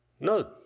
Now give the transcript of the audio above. No